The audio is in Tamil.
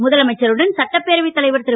முதலமைச்சருடன் சட்டப்பேரவைத் தலைவர் திரு